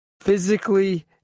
physically